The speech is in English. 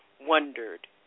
wondered